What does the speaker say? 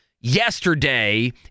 yesterday